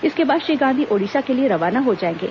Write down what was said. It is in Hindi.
इसके बाद श्री गांधी ओड़िशा के लिए रवाना हो जाएंगे